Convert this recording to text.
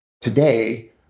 Today